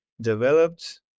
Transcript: developed